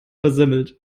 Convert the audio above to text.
versemmelt